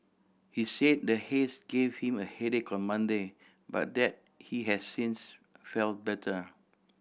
he said the haze give him a headache on Monday but that he has since felt better